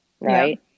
Right